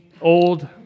old